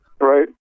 right